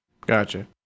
Gotcha